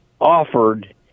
offered